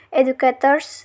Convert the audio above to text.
educators